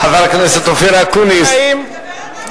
חבר הכנסת אופיר אקוניס, אני מדברת